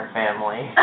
family